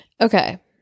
okay